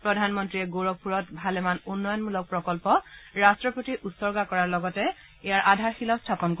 প্ৰধানমন্ত্ৰীয়ে গোড্খপুৰত ভালেমান উন্নয়নমূলক প্ৰকন্প ৰাষ্টৰ প্ৰতি উৰ্চগা কৰাৰ লগতে আধাৰশিলাও স্থাপন কৰিব